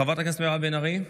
חברת הכנסת מירב בן ארי.